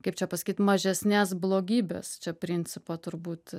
kaip čia pasakyt mažesnės blogybės čia principo turbūt